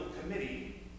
committee